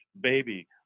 baby